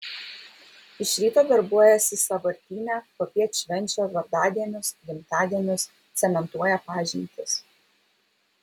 iš ryto darbuojasi sąvartyne popiet švenčia vardadienius gimtadienius cementuoja pažintis